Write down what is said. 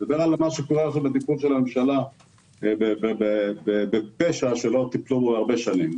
אני מדבר על מה שקורה עכשיו בטיפול של הממשלה בפשע שלא טופל הרבה שנים.